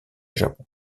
japon